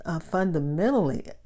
fundamentally